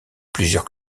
plusieurs